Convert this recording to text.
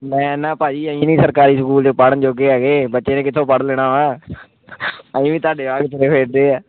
ਮੈਂ ਨਾ ਭਾਅ ਜੀ ਅਸੀਂ ਨਹੀਂ ਸਰਕਾਰੀ ਸਕੂਲ ਪੜ੍ਹਨ ਜੋਗੇ ਹੈਗੇ ਬੱਚੇ ਨੇ ਕਿੱਥੋਂ ਪੜ੍ਹ ਲੈਣਾ ਵਾ ਅਸੀਂ ਵੀ ਤੁਹਾਡੇ ਵਾਂਗ ਤੁਰੇ ਫਿਰਦੇ ਆ